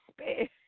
space